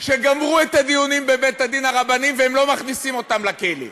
שגמרו את הדיונים בבית-הדין הרבני והם לא מכניסים אותם לכלא?